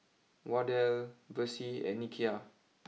Wardell Versie and Nikia